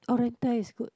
Oriental is good